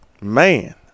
Man